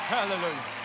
Hallelujah